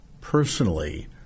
personally